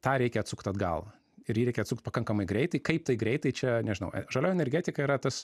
tą reikia atsukt atgal ir jį reikia atsukt pakankamai greitai kaip tai greitai čia nežinau žalioji energetika yra tas